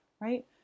right